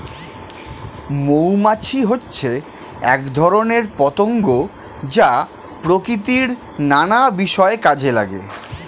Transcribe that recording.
মৌমাছি হচ্ছে এক ধরনের পতঙ্গ যা প্রকৃতির নানা বিষয়ে কাজে লাগে